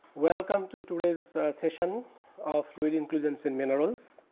welcome to today's ah session of inclusions in minerals.